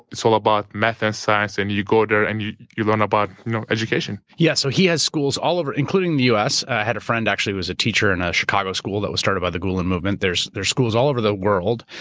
it's all about math and science and you go there and you you learn about you know education. yeah. so he has schools all over, including the u. s. i had a friend, actually, who was a teacher in a chicago school that was started by the gulen movement. there's schools all over the world.